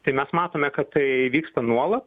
tai mes matome kad tai įvyksta nuolat